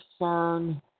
CERN